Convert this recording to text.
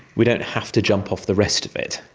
we don't have to jump off the rest of it,